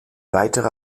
weitere